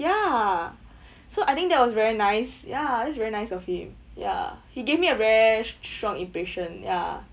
ya so I think that was very nice ya that's very nice of him ya he gave me a very strong impression ya